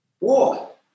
Walk